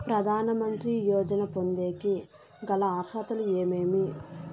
ప్రధాన మంత్రి యోజన పొందేకి గల అర్హతలు ఏమేమి?